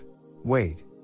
wait